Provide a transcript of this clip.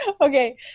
Okay